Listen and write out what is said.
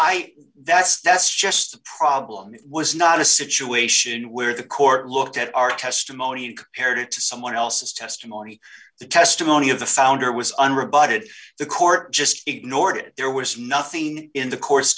i that's that's just problem it was not a situation where the court looked at our testimony and compared it to someone else's testimony the testimony of the founder was an rebutted the court just ignored it there was nothing in the cour